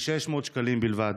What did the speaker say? מ-600 שקלים בלבד.